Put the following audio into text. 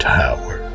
tower